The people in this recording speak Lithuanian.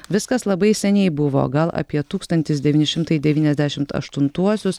viskas labai seniai buvo gal apie tūkstantis devyni šimtai devyniasdešimt aštuntuosius